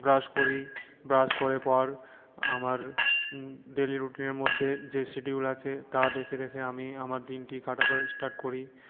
brush করি brush করে পর আমার ডেলি রুটিনের মধ্যে যে শিডিউল আছে তা দেখে দেখে আমি আমার দিনটি কাটাবার স্টার্ট করি